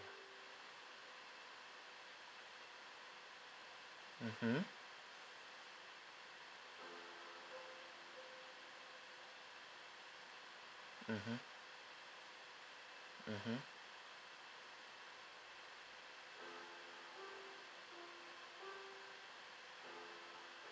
mmhmm mmhmm mmhmm